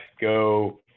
go